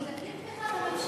זה בלי תמיכת הממשלה,